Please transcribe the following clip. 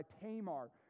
Tamar